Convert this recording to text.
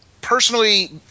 personally